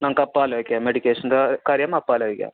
നമുക്കപ്പം ആലോചിക്കാം മെഡിക്കേഷൻ്റെ കാര്യം അപ്പം ആലോചിക്കാം